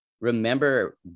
remember